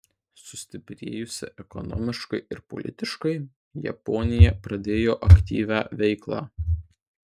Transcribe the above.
sustiprėjusi ekonomiškai ir politiškai japonija pradėjo aktyvią veiklą